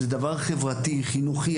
זה דבר חברתי, חינוכי.